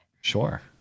Sure